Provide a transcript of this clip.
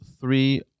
three